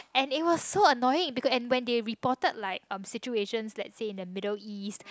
and it was so annoying beacau~ and when they reported like um situations lets say in the Middle East